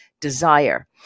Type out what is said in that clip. desire